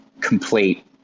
complete